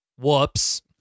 whoops